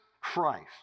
Christ